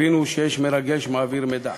הבינו שיש מרגל שמעביר מידע.